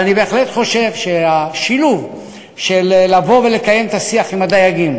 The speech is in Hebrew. אני בהחלט חושב שהשילוב של לבוא ולקיים את השיח עם הדייגים